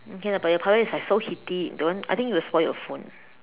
okay lah but your power is like so heaty don't I think you will spoil your phone